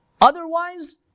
Otherwise